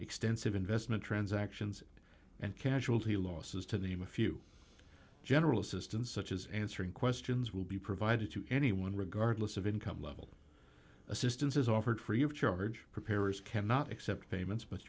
extensive investment transactions and casualty losses to the him a few general assistance such as answering questions will be provided to anyone regardless of income level assistance is offered free of charge preparers cannot accept payments but